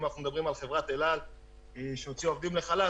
אם אנחנו מדברים על חברת אל על שהוציאה עובדים לחל"ת,